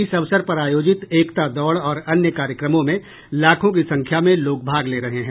इस अवसर पर आयोजित एकता दौड़ और अन्य कार्यक्रमों में लाखों की संख्या में लोग भाग ले रहे हैं